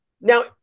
Now